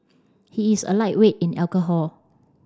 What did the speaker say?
he is a lightweight in alcohol